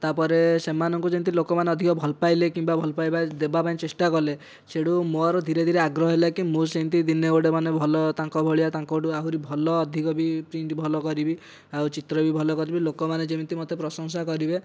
ତା'ପରେ ସେମାନଙ୍କୁ ଯେମିତି ଲୋକମାନେ ଅଧିକା ଭଲପାଇଲେ କିମ୍ବା ଭଲପାଇବା ଦେବା ପାଇଁ ଚେଷ୍ଟା କଲେ ସେଇଠୁ ମୋର ଧୀରେ ଧୀରେ ଆଗ୍ରହ ହେଲାକି ମୁଁ ସେମିତି ଦିନେ ଗୋଟେ ମାନେ ଭଲ ତାଙ୍କ ଭଳିଆ ତାଙ୍କଠୁ ଆହୁରି ଭଲ ଅଧିକ ବି କେମତି କରିବି ଆଉ ଚିତ୍ର ବି ଭଲ କରିବି ଲୋକମାନେ ଯେମିତି ମୋତେ ପ୍ରଶଂସା କରିବେ